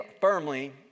firmly